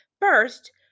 First